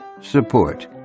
support